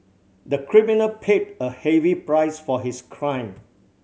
the criminal paid a heavy price for his crime